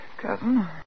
cousin